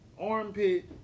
Armpit